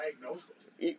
diagnosis